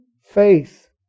faith